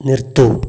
നിർത്തൂ